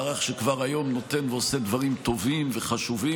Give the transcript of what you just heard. מערך שכבר היום נותן ועושה דברים טובים וחשובים,